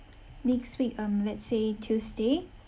next week um let's say tuesday